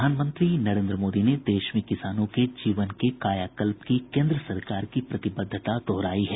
प्रधानमंत्री नरेन्द्र मोदी ने देश में किसानों के जीवन के कायाकल्प की केन्द्र सरकार की प्रतिबद्धता दोहराई है